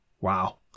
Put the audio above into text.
wow